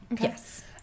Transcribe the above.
yes